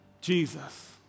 Jesus